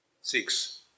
six